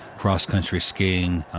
cross country skiing,